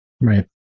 right